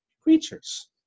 creatures